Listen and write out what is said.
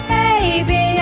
baby